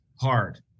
hard